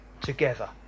together